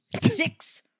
six